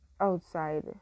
outside